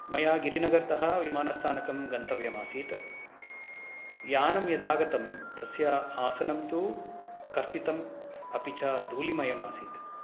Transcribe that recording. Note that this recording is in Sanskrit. मया गिरिनगरतः विमानस्थानकं गन्तव्यमासीत् यानं यदागतं तस्य आसनं तु कर्तितम् अपि च धूलिमयमासीत्